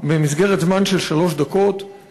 במסגרת זמן של שלוש דקות,